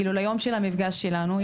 כאילו ליום של המפגש שלנו.